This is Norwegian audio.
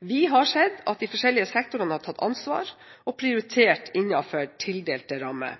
Vi har sett at de forskjellige sektorene har tatt ansvar og prioritert innenfor tildelte rammer.